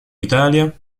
italia